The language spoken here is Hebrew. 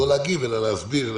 לא להגיב, אלא להסביר.